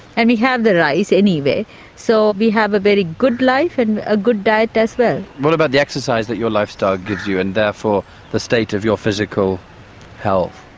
and we have the rice anyway so we have a very good life and a good diet as well. what about the exercise that your lifestyle gives you and therefore the state of your physical health?